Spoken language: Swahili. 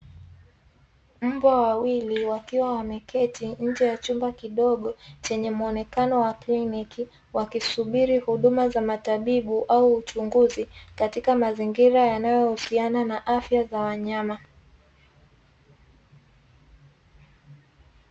Mbwa wawili wakiwa wameketi katika chumba kidogo chenye muonekano wa kliniki wakisubiri huduma za matabibu au uchunguzi katika mazingira yanayohusiana na afya za wanyama.